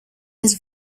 his